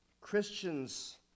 Christians